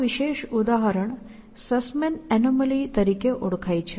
આ વિશેષ ઉદાહરણ સસ્મેન એનોમલી Sussmans anomaly તરીકે ઓળખાય છે